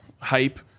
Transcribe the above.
hype